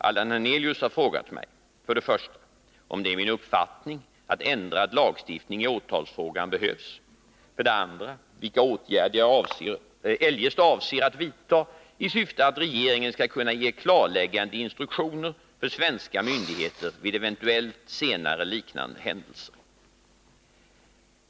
Allan Hernelius har frågat mig 1. om det är min uppfattning att ändrad lagstiftning i åtalsfrågan behövs, och 2. vilka åtgärder jag eljest avser att vidta i syfte att regeringen skall kunna ge klarläggande instruktioner för svenska myndigheter vid eventuellt senare liknande händelser.